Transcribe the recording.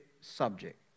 subject